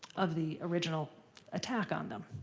of the original attack on them.